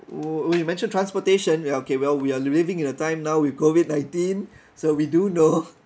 oh oh you mentioned transportation ya okay well we're living in a time now with COVID nineteen so we do know